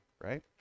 right